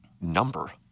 number